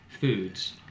foods